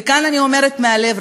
וכאן אני אומרת מהלב,